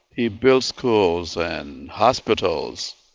he built schools and hospitals,